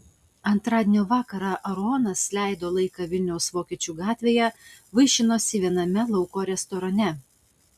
antradienio vakarą aaronas leido laiką vilniaus vokiečių gatvėje vaišinosi viename lauko restorane